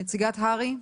נציגת הר"י.